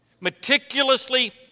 meticulously